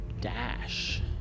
dash